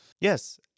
Yes